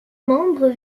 membres